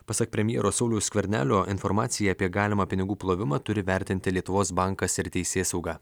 pasak premjero sauliaus skvernelio informacija apie galimą pinigų plovimą turi vertinti lietuvos bankas ir teisėsauga